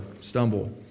stumble